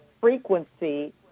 frequency